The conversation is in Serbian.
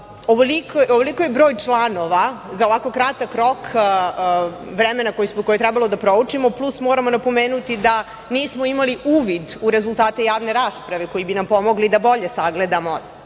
ovoliko broj članova za ovako kratak rok vremena koje je trebalo da proučimo, plus moramo napomenuti da nismo imali uvid u rezultate javne rasprave koji bi nam pomogli da bolje sagledamo